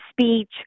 speech